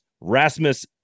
Rasmus